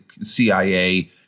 CIA